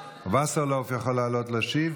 וסרלאוף, יכול לעלות להשיב